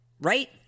right